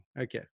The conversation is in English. Okay